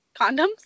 condoms